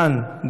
דן,